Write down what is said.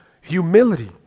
humility